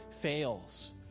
fails